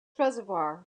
reservoir